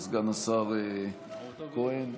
השר כהן.